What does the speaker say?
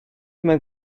mewn